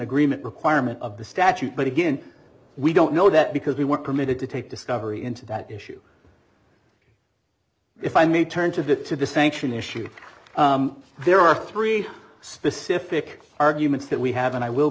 agreement requirement of the statute but again we don't know that because we weren't permitted to take discovery into that issue if i may turn to that to the sanction issue there are three specific arguments that we have and i will